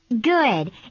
Good